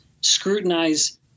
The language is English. scrutinize